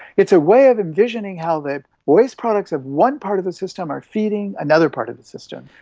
it's a way of envisaging how the waste products of one part of the system are feeding another part of the system.